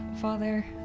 Father